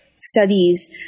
studies